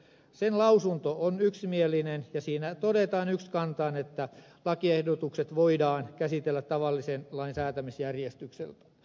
sen lausunto on yksimielinen ja siinä todetaan ykskantaan että lakiehdotukset voidaan käsitellä tavallisen lain säätämisjärjestyksessä